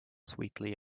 sweetly